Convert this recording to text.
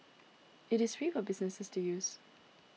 it is free for businesses to use